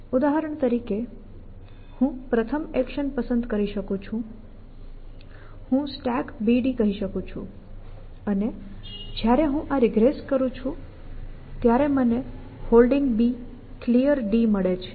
ઉદાહરણ તરીકે હું પ્રથમ એક્શન પસંદ કરી શકું છું હું StackBD કહી શકું છું અને જ્યારે હું આ રિગ્રેસ કરું છું ત્યારે મને Holding Clear મળે છે